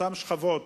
אותן שכבות,